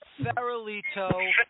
Farolito